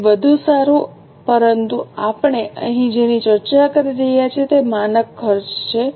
તેથી વધુ સારું પરંતુ આપણે અહીં જેની ચર્ચા કરી રહ્યા છીએ તે માનક ખર્ચ છે